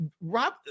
Rob